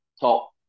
top